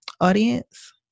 audience